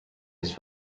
his